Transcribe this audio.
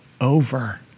over